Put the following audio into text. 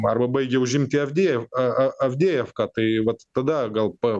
arba baigia užimti ardijiv a a avdijivką tai vat tada gal pa